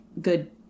good